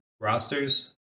rosters